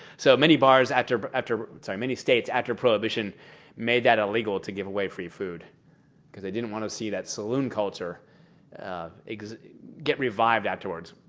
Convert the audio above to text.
so many bars, after but after sorry, many states after prohibition made that illegal to give away free food because they didn't want to see that saloon culture get revived afterwards.